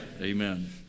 Amen